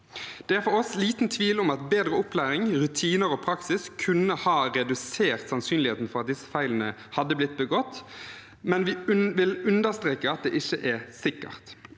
Det er for oss liten tvil om at bedre opplæring, rutiner og praksis kunne ha redusert sannsynligheten for at disse feilene hadde blitt begått, men vi vil understreke at det ikke er sikkert.